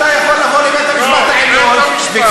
אתה יכול לבוא לבית-המשפט העליון, לא, בית-המשפט.